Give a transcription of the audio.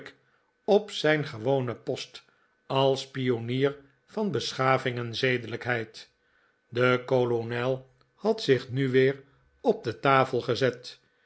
op zijn gewonen post als pionier van beschaving en zedelijkheid de kolonel had zich nu weer op de tafel gezet